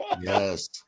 Yes